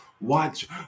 watch